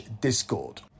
discord